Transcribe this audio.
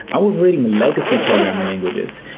i was reading legacy programming languages.